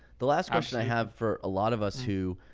the last question i have for a lot of us who.